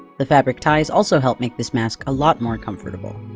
the fabric ties also help make this mask a lot more comfortable.